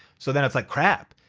so then it's like, crap.